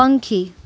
પંખી